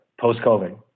post-COVID